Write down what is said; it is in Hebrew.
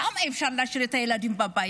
כמה אפשר להשאיר את הילדים בבית?